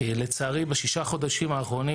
לצערי בשישה חודשים האחרונים,